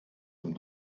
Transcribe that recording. dem